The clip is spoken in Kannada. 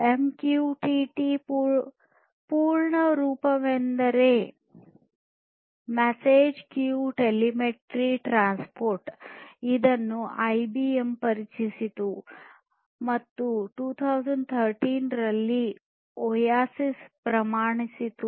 ಎಂಕ್ಯೂಟಿಟಿ ಪೂರ್ಣ ರೂಪವೆಂದರೆ ಮೆಸೇಜ್ ಕ್ಯೂ ಟೆಲಿಮೆಟ್ರಿ ಟ್ರಾನ್ಸ್ಪೋರ್ಟ್ ಇದನ್ನು ಐಬಿಎಂ ಪರಿಚಯಿಸಿತು ಮತ್ತು 2013 ರಲ್ಲಿ ಒಎಸಿಸ್ ಪ್ರಮಾಣೀಕರಿಸಿತು